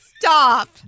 Stop